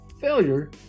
Failure